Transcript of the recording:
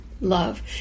love